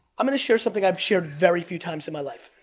i'm gonna share something i've shared very few times in my life.